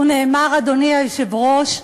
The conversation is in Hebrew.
אדוני היושב-ראש,